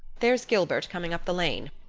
there's gilbert coming up the lane,